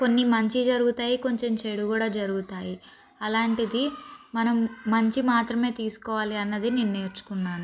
కొన్ని మంచి జరుగుతాయి కొంచెం చెడు కూడా జరుగుతాయి అలాంటిది మనం మంచి మాత్రమే తీసుకోవాలి అన్నది నేను నేర్చుకున్నాను